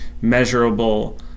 measurable